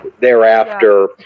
Thereafter